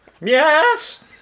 Yes